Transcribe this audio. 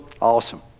awesome